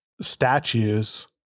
statues